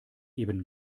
eben